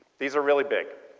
these are really big.